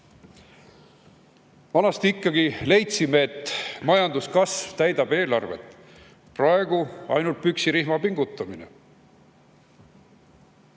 Vanasti ikkagi leidsime, et majanduskasv täidab eelarvet, praegu on ainult püksirihma pingutamine.